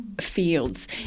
fields